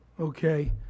okay